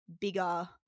bigger